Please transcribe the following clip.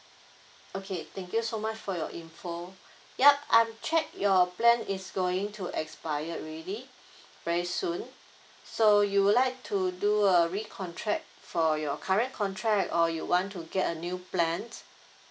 okay thank you so much for your info yup I'm check your plan is going to expired already very soon so you would like to do a recontract for your current contract or you want to get a new plans